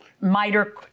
miter